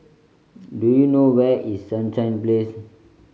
do you know where is Sunshine Place